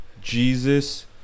Jesus